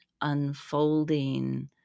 unfolding